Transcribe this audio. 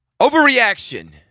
Overreaction